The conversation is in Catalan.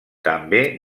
també